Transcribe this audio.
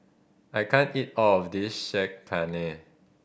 I can't eat all of this Saag Paneer